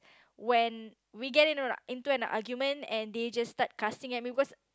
when we get in into an argument and they just start cussing at me because